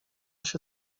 się